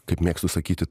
kaip mėgstu sakyti